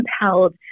compelled